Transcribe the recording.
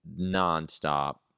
nonstop